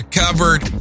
covered